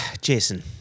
Jason